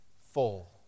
full